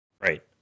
Right